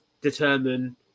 determine